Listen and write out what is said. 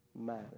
matter